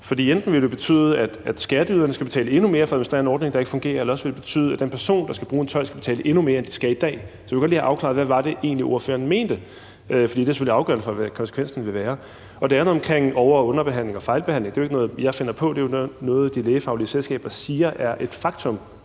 mig. Enten vil det jo betyde, at skatteyderne skal betale endnu mere for at få administreret en ordning, der ikke fungerer, eller også vil det betyde, at den person, der skal bruge en tolk, skal betale endnu mere, end de skal i dag. Så jeg vil godt lige have afklaret: Hvad var det egentlig, ordføreren mente? For det er selvfølgelig afgørende for, hvad konsekvensen vil være. Det andet omkring over- og underbehandling og fejlbehandling er jo ikke noget, jeg finder på. Det er jo noget, de lægefaglige selskaber siger er et faktum,